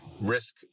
risk